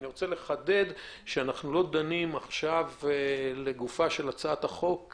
אני רוצה לחדד שאיננו דנים לגופה של הצעת החוק,